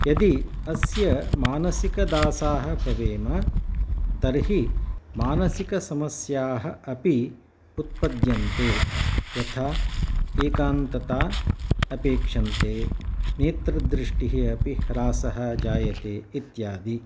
यदि अस्य मानसिकदासाः भवेम तर्हि मानसिकसमस्याः अपि उत्पद्यन्ते यथा एकान्तताम् अपेक्षन्ते नेत्रदृष्टेः अपि ह्रासः जायते इत्यादि